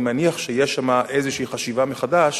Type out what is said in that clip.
אני מניח שיש שם איזו חשיבה מחדש,